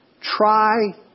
Try